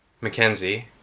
Mackenzie